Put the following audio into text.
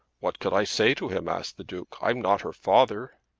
what could i say to him? asked the duke. i'm not her father.